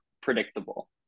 predictable